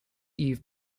eve